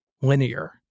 linear